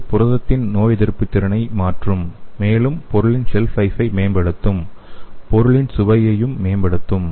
இது புரதத்தின் நோயெதிர்ப்புத் திறனை மாற்றும் மேலும் பொருளின் ஷெல்ஃப் லைஃபை மேம்படுத்தும் பொருளின் சுவையையும் மேம்படுத்தும்